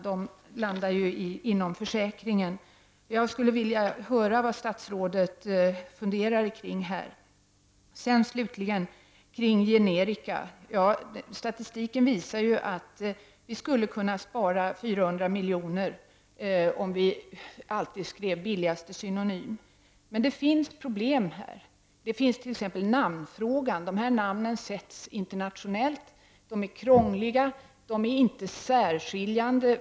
De hamnar inom försäkringen. Jag skulle vilja höra statsrådets funderingar kring detta. Jag vill slutligen ta upp frågan om generika. Statistiken visar att vi skulle kunna spara 400 milj.kr. om man alltid skrev ut billigaste synonym. Men det finns problem här. Det gäller t.ex. namnfrågan. Läkemedlens namn sätts internationellt, de är krångliga och inte särskiljande.